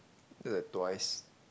that's like twice